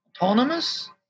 autonomous